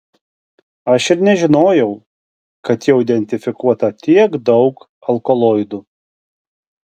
aš ir nežinojau kad jau identifikuota tiek daug alkaloidų